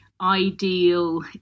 ideal